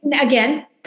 again